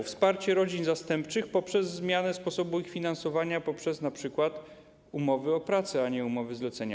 Chodzi także o wsparcie rodzin zastępczych poprzez zmianę sposobu ich finansowania poprzez np. umowy o pracę, a nie umowy zlecenia.